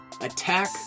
attack